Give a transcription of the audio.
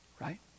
right